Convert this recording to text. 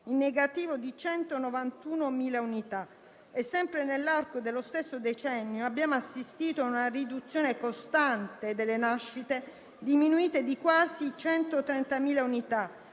in negativo di 191.000 unità. Sempre nell'arco dello stesso decennio, abbiamo assistito a una riduzione costante delle nascite, diminuite di quasi 130.000 unità,